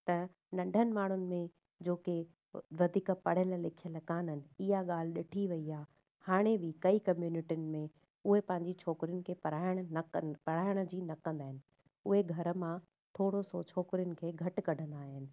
त नंढनि माण्हुनि में जोके वधीक पढ़ियल लिखियल कोन्हनि ईअ ॻाल्हि ॾिठी वई आहे हाणे बि कई कमिनियुटिनि में उहे पंहिंजी छोकिरियुनि खे पढ़ायण न कनि पढ़ायण जी न कंदा आहिनि उहे घर मां थोरो सो छोकिरियुनि खे घटि कढंदा आहिनि